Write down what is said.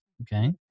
okay